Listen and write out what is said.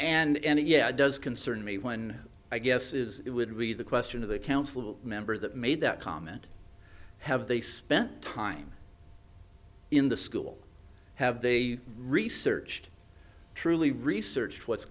on and yeah it does concern me when i guess is it would be the question of the council member that made that comment have they spent time in the school have they researched truly researched what's